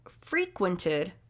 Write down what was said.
frequented